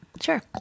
Sure